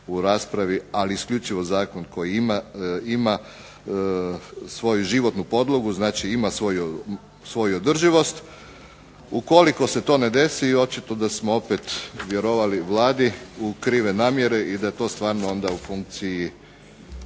u raspravi, ali isključivo zakon koji ima svoju životnu podlogu, znači ima svoju održivost. Ukoliko se to ne desi i očito da smo opet vjerovali Vladi u krive namjere i da je to stvarno onda u funkciji